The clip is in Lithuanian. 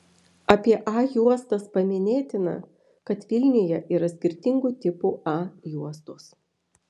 apie a juostas paminėtina kad vilniuje yra skirtingų tipų a juostos